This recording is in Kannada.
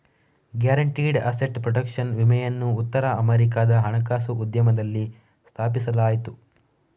ಗ್ಯಾರಂಟಿಡ್ ಅಸೆಟ್ ಪ್ರೊಟೆಕ್ಷನ್ ವಿಮೆಯನ್ನು ಉತ್ತರ ಅಮೆರಿಕಾದ ಹಣಕಾಸು ಉದ್ಯಮದಲ್ಲಿ ಸ್ಥಾಪಿಸಲಾಯಿತು